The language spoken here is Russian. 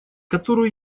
которую